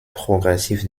progressif